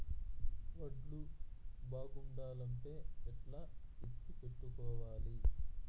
వడ్లు బాగుండాలంటే ఎట్లా ఎత్తిపెట్టుకోవాలి?